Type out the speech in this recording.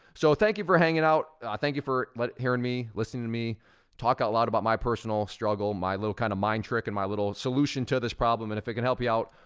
so thank you for hanging out. i thank you for like hearing me, listening to me talk out loud about my personal struggle, my little kind of mind trick, and my little solution to this problem, and if it can help you out,